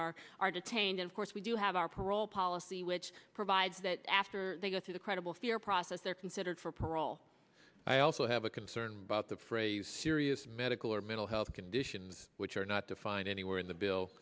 are are detained of course we do have our parole policy which provides that after they go through the credible fear process they're considered for parole i also have a concern about the phrase serious medical or mental health conditions which are not defined anywhere in the bill